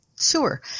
Sure